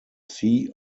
fry